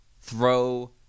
Throw